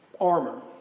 armor